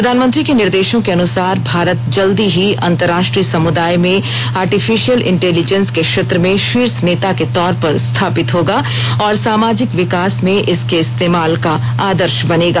प्रधानमंत्री के निर्देशों के अनुसार भारत जल्दी ही अंतर्राष्ट्रीय समुदाय में आर्टिफिशियल इंटेलिजेन्स के क्षेत्र में शीर्ष नेता के तौर पर स्थापित होगा और सामाजिक विकास में इसके इस्तेमाल का आदर्श बनेगा